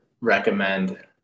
recommend